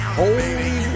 holy